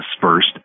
first